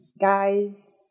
guys